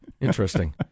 Interesting